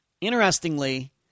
Interestingly